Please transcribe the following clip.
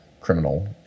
criminal